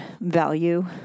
value